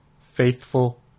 faithful